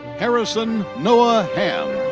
harrison noah hamm.